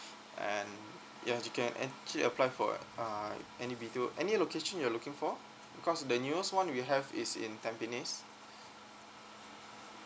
and ya you can actually apply for uh any B_T_O any location you are looking for cause the newest one we have is in tampines